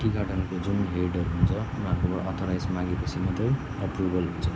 T गार्डनको जुन हेडहरू हुन्छ उनीहरूकोबाट अथराइज मागेपछि मात्रै अप्रुभल हुन्छ